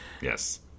Yes